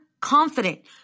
confident